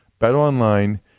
BetOnline